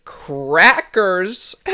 crackers